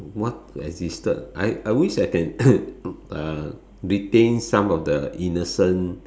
what existed I I wish I can uh retain some of the innocent